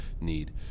need